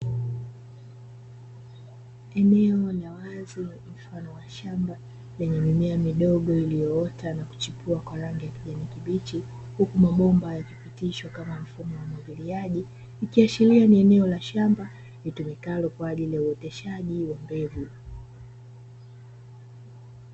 Eneo la wazi mfano wa mashamba lenye mimea midogo iliyoota na kuchipua kwa rangi ya kijani kibichi, huku mabomba yakipitishwa kama mfumo wa umwagiliaji; ikiashiria ni eneo la shamba litumikalo kwa ajili ya uoteshaji wa mbegu.